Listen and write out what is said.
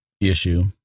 issue